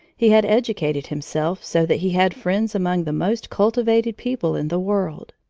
he had educated himself so that he had friends among the most cultivated people in the world